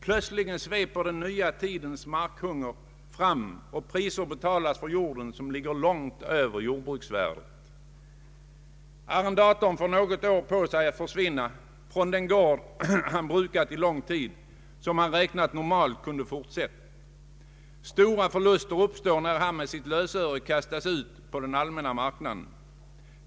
Plötsligt sveper en ny tids markhunger fram och priser betalas för jorden som ligger långt över jordbruksvärdet. Arrendatorn får något år på sig att försvinna från den gård som han brukat under lång tid och som han räknat med att få fortsätta att bruka. Stora förluster uppstår när han med sitt lösöre kastas ut på den allmänna marknaden.